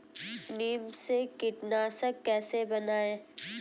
नीम से कीटनाशक कैसे बनाएं?